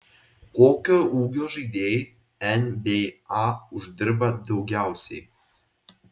kokio ūgio žaidėjai nba uždirba daugiausiai